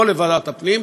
לא לוועדת הפנים,